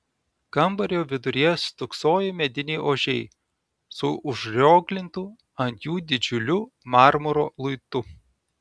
kambario viduryje stūksojo mediniai ožiai su užrioglintu ant jų didžiuliu marmuro luitu